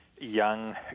young